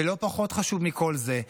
ולא פחות חשוב מכל זה,